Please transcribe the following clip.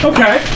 Okay